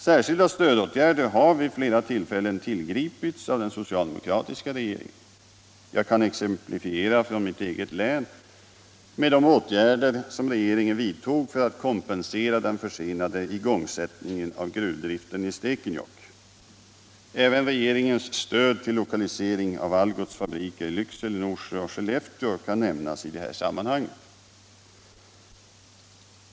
Särskilda stödåtgärder har vid flera tillfällen tillgripits av den socialdemokratiska regeringen. Jag kan från mitt eget län exemplifiera med de åtgärder som regeringen vidtog för att kompensera den försenade igångsättningen av gruvdriften i Stekenjokk. Även regeringens stöd till lokalisering av Algots fabriker till Lycksele, Norsjö och Skellefteå kan nämnas i detta sammanhang.